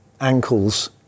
ankles